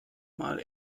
mal